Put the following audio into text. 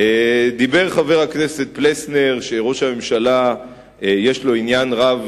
אמר חבר הכנסת פלסנר שראש הממשלה יש לו עניין רב